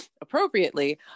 appropriately